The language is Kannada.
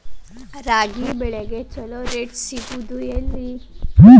ರಾಗಿ ಬೆಳೆಗೆ ಛಲೋ ರೇಟ್ ಸಿಗುದ ಎಲ್ಲಿ?